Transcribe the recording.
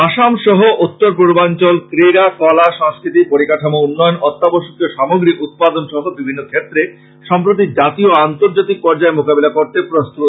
আসাম সহ উত্তরপূর্বাঞ্চল ক্রীড়া কলা সংস্কৃতি পরিকাঠামো উন্নয়ন অত্যাবশ্যকীয় সামগ্রী উৎপাদন সহ বিভিন্ন ক্ষেত্রে সম্প্রতি জাতীয় ও আন্তর্জাতিক পর্যয়ে মোকাবিলা করতে প্রস্তুত